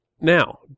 Now